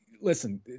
listen